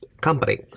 company